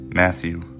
Matthew